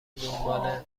دنباله